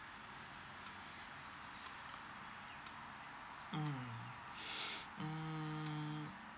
mm mm